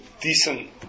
decent